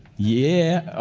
yeah, oh,